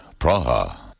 Praha